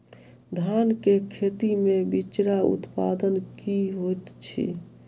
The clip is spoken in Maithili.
धान केँ खेती मे बिचरा उत्पादन की होइत छी?